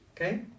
okay